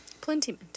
Plenty